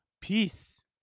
peace